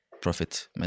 profit